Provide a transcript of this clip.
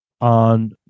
on